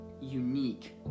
unique